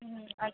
అం